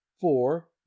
four